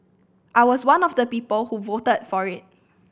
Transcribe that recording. I was one of the people who voted for it